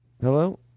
Hello